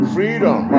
Freedom